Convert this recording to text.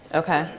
okay